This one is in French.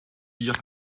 dire